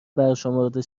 برشمرده